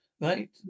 right